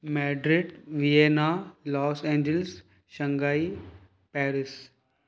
Madrid Vienna Los Angeles Shanghai Paris